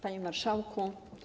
Panie Marszałku!